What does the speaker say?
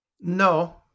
No